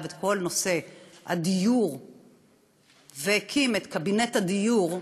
את כל נושא הדיור והקים את קבינט הדיור,